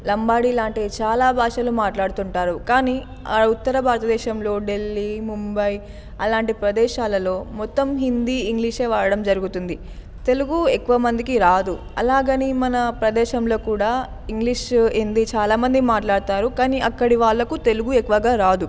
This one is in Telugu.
లంబాడి లాంటి చాలా భాషలు మాట్లాడుతుంటారు కానీ ఆ ఉత్తర భారతదేశంలో ఢిల్లీ ముంబై అలాంటి ప్రదేశాలలో మొత్తం హిందీ ఇంగ్లీష్ వాడడం జరుగుతుంది తెలుగు ఎక్కువమందికి రాదు అలాగని మన ప్రదేశంలో కూడా ఇంగ్లీషు హిందీ చాలామంది మాట్లాడుతారు కానీ అక్కడి వాళ్లకు తెలుగు ఎక్కువగా రాదు